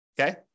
Okay